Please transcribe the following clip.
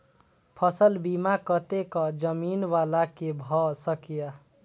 फसल बीमा कतेक जमीन वाला के भ सकेया?